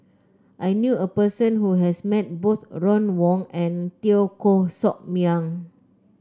I knew a person who has met both Ron Wong and Teo Koh Sock Miang